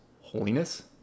holiness